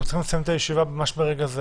אנחנו צריכים לסיים את הישיבה ממש ברגע זה